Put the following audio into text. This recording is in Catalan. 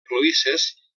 cloïsses